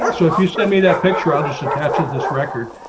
so if you send me that picture. i'll just attached to this record,